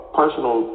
personal